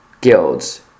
guilds